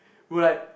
we were like